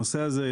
הנושא הזה,